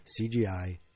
CGI